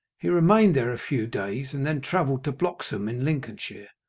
he remained there a few days, and then travelled to bloxholm in lincolnshire,